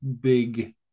big